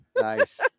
Nice